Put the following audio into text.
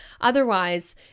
Otherwise